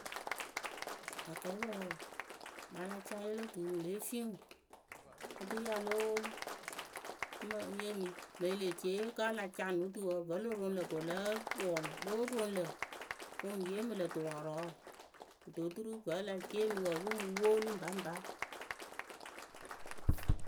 akɛɛpǝ wǝǝ mɨ a la ca ye lo tu wɨ le fii ŋwɨ oturu ya lóo woolu mi yee mɨ mɨŋ e lee ci eye kǝ́ ala ca no tuwǝ vǝ́ lo roŋ lǝ ko lóo roŋ kɨ ŋ yeemɩ lo turɔɔrɔɔ kɨto oturu wǝ́ ele yeemǝ wǝǝ pɨŋ mɨ woolu ŋpaŋpa.